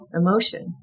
emotion